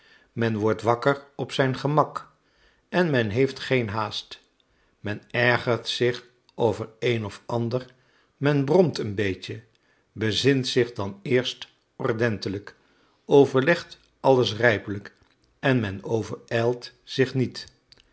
men wordt wakker op zijn gemak en men heeft geen haast men ergert zich over een of ander men bromt een beetje bezint zich dan eerst ordentelijk overlegt alles rijpelijk en men overijlt zich niet